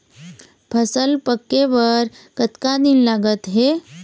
फसल पक्के बर कतना दिन लागत हे?